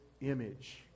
image